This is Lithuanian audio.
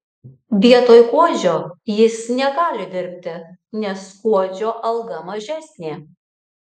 vietoj kuodžio jis negali dirbti nes kuodžio alga mažesnė